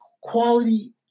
quality